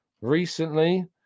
recently